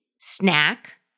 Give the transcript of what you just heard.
snack